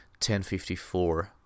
10.54